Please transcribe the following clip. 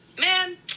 man